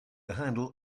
handle